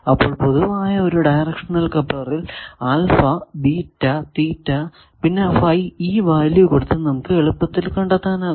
അപ്പോൾ പൊതുവായ ഒരു ഡയറക്ഷണൽ കപ്ലറിൽ ആൽഫ ബീറ്റ തീറ്റ പിന്നെ ഫൈ ഈ വാല്യൂ കൊടുത്തു നമുക്ക് എളുപ്പത്തിൽ കണ്ടെത്താനാകും